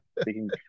speaking